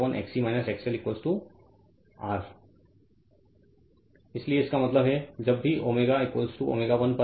Refer Slide Time 3115 इसलिए इसका मतलब है जब भी ω ω 1 पर है